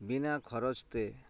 ᱵᱤᱱᱟᱹ ᱠᱷᱚᱨᱚᱪᱛᱮ